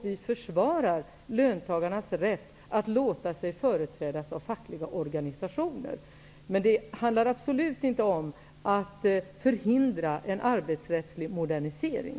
Vi försvarar löntagarnas rätt att låta sig företrädas av fackliga organisationer. Det handlar absolut inte om att förhindra en arbetsrättslig modernisering.